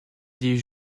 des